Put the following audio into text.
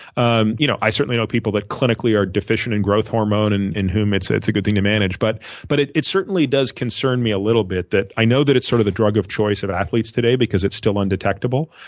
um you know i certainly know people that clinically are deficient in growth hormone and in whom it's ah it's a good thing to manage. but but it certainly does concern me a little bit that i know that it's sort of the drug of choice of athletes today because it's still undetectable